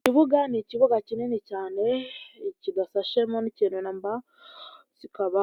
Ikibuga ni ikibuga kinini cyane kidasashemo n'ikintu na mba kikaba